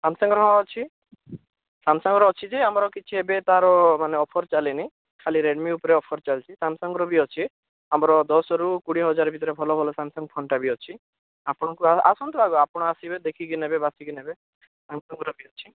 ସାମସଙ୍ଗର ହଁ ଅଛି ସାମସଙ୍ଗର ଅଛି ଯେ ଆମର କିଛି ଏବେ ତା'ର ମାନେ ଅଫର୍ ଚାଲିନି ଖାଲି ରେଡ଼ମି ଉପରେ ଅଫର୍ ଚାଲିଛି ସାମସଙ୍ଗର ବି ଅଛି ଆମର ଦଶରୁ କୋଡ଼ିଏ ହଜାର ଭିତରେ ଆମର ଭଲ ଭଲ ସାମସଙ୍ଗ ଫୋନଟା ବି ଅଛି ଆପଣଙ୍କୁ ଆସନ୍ତୁ ଆଗ ଆପଣ ଆସିବେ ଦେଖିକି ନେବେ ବାଛିକି ନେବେ ସାମସଙ୍ଗର ବି ଅଛି